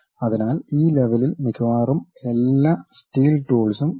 അതിനാൽ ഈ ലെവലിൽ മിക്കവാറും എല്ലാ സ്റ്റീൽ ടൂൾസും ഉണ്ട്